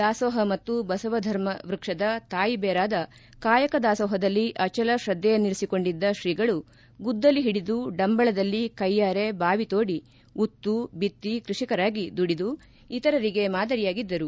ದಾಸೋಪ ಮತ್ತು ಬಸವಧರ್ಮ ವ್ಯಕ್ಷದ ತಾಯಿಬೇರಾದ ಕಾಯಕ ದಾಸೋಹದಲ್ಲಿ ಅಚಲ ಶ್ರದೈಯಿನ್ನಿರಿಸಿಕೊಂಡಿದ್ದ ಶ್ರೀಗಳು ಗುದ್ದಲಿ ಓಡಿದು ಡಂಬಳದಲ್ಲಿ ಕೈಯಾರೆ ಬಾವಿ ತೋಡಿ ಉತ್ತಿ ಐತ್ತಿ ಕೃಷಿಕರಾಗಿ ದುಡಿದು ಇತರಿಗೆ ಮಾದರಿಯಾಗಿದ್ದರು